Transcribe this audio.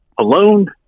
alone